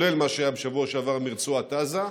כולל מה שהיה בשבוע שעבר מרצועת עזה.